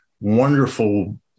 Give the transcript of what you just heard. wonderful